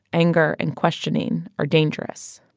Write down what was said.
anger and questioning are dangerous